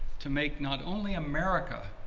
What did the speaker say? to make not only america,